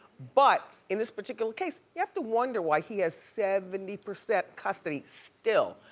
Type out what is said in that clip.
but in this particular case you have to wonder why he has seventy percent custody still.